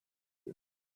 you